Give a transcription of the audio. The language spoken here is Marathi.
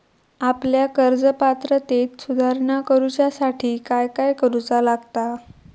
आपल्या कर्ज पात्रतेत सुधारणा करुच्यासाठी काय काय करूचा लागता?